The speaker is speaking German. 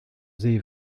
see